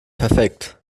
perfekt